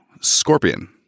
Scorpion